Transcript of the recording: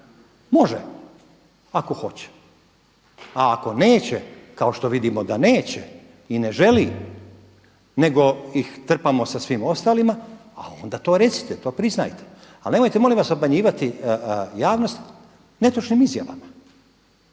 Može, ako hoće. A ako neće kao što vidimo da neće i ne želi, nego ih trpamo sa svim ostalima, a onda to recite, to priznajte, ali nemojte, molim vas, obmanjivati javnost netočnim izjavama.